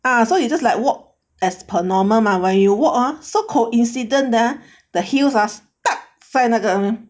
ah so you just like walk as per normal mah when you walk ah so coincident ah the heels ah stuck 在那个